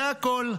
זה הכול,